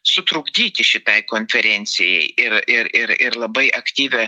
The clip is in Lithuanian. sutrukdyti šitai konferencijai ir ir ir ir labai aktyvią